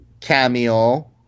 cameo